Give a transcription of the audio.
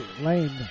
lane